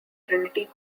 trinity